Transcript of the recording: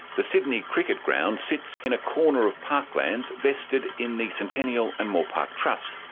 the sydney cricket ground sits in a corner of parklands vested in the centennial and moore park trust.